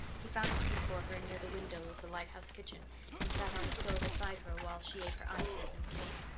he found a seat for her near the window of the lighthouse kitchen and sat on the sill beside her while she ate her ices and cake.